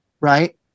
right